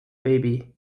baby